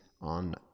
on